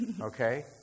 okay